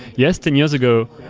yes, ten years ago,